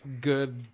good